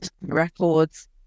records